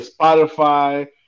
Spotify